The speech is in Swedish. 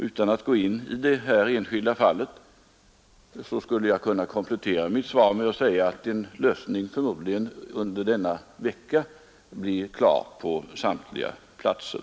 Utan att gå in i det här enskilda fallet skulle jag kunna komplettera mitt svar med att säga att en lösning förmodligen under denna vecka blir klar på samtliga platser.